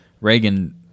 Reagan